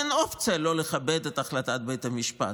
אין אופציה לא לכבד את החלטת בית המשפט.